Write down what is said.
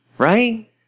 Right